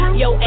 yo